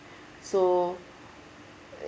so